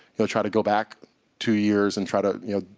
you know, try to go back two years, and try to, you know,